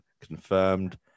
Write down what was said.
confirmed